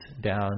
down